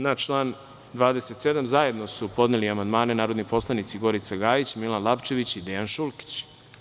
Na član 27. zajedno su podneli amandmane narodni poslanici Gorica Gajić, Milan Lapčević i Dejan Šulkić.